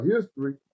history